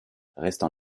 restent